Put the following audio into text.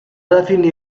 definir